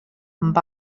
amb